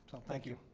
so thank you.